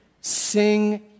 Sing